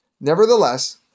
Nevertheless